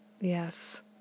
Yes